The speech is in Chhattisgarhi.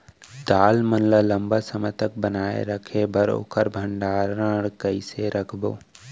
दाल मन ल लम्बा समय तक बनाये बर ओखर भण्डारण कइसे रखबो?